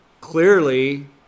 Clearly